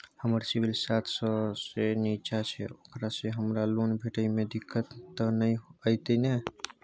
हमर सिबिल सात सौ से निचा छै ओकरा से हमरा लोन भेटय में दिक्कत त नय अयतै ने?